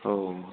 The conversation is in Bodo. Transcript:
औ